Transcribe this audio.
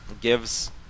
gives